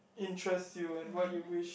interests you and what you wish